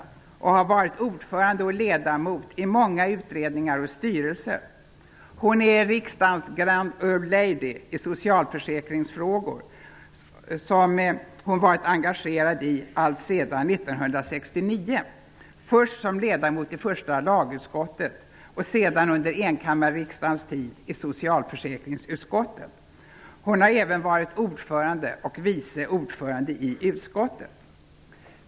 Hon har varit ordförande och ledamot i många utredningar och styrelser. Hon är riksdagens grand old lady i socialförsäkringsfrågor, som hon varit engagerad i alltsedan 1969, först som ledamot i första lagutskottet och sedan under enkammarriksdagens tid i socialförsäkringsutskottet. Hon har även varit ordförande och vice ordförande i utskottet.